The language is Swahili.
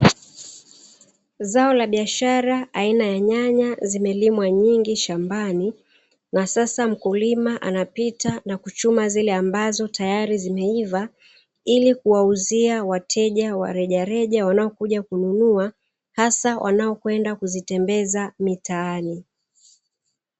Zao la biashara aina ya nyanya zimelimwa nyingi shambani na sasa mkulima anapita na kuchuma zile ambazo tayari zimeiva ili kuwauzia wateja wa rejareja wanaokuja kununua hasa wanaokwenda kuzitembeza mitaani.